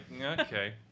Okay